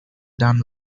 done